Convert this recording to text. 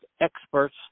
experts